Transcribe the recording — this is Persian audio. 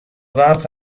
برق